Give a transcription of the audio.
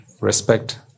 respect